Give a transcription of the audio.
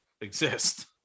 exist